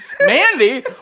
Mandy